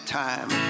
time